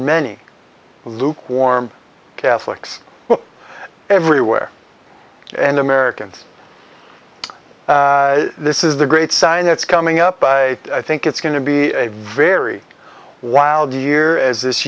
many lukewarm catholics everywhere and americans this is the great sign it's coming up by i think it's going to be a very wild year as this